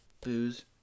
booze